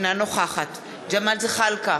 אינה נוכחת ג'מאל זחאלקה,